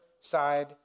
side